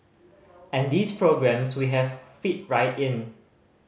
and these programmes we have fit right in